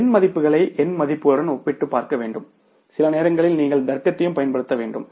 எண் மதிப்புகளை எண் மதிப்புகளுடன் ஒப்பிட்டுப் பார்க்க வேண்டாம் சில நேரங்களில் நீங்கள் தர்க்கத்தையும் பயன்படுத்த வேண்டும்